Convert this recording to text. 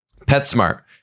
PetSmart